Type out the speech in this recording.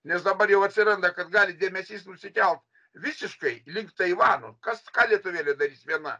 nes dabar jau atsiranda kad gali dėmesys nusikelt visiškai lig taivano kas ką lietuvėlė darys viena